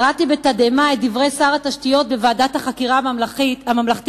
קראתי בתדהמה את דברי שר התשתיות בוועדת החקירה הממלכתית,